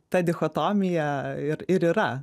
ta dichotomija ir yra